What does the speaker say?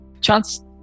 Chance